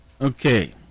Okay